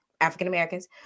African-Americans